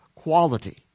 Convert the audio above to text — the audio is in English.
quality